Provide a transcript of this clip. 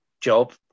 job